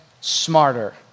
smarter